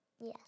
Yes